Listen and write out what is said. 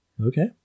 Okay